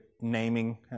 naming